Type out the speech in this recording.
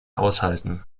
aushalten